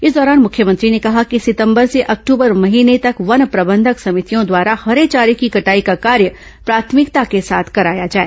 इस दौरान मुख्यमंत्री ने कहा कि सितंबर से अक्टूबर महीने तक वन प्रबंधक समितियों द्वारा हरे चारे की कटाई का कार्य प्राथमिकता के साथ कराया जाए